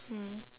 mm